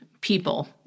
people